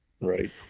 Right